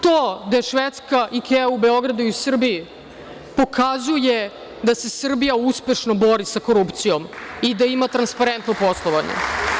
To da je Švedska „Ikea“ u Beogradu i Srbiji pokazuje da se Srbija uspešno bori sa korupcijom i da ima transparentno poslovanje.